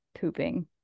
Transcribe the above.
pooping